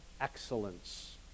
excellence